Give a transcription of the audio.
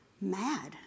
mad